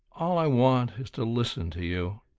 all i want is to listen to you,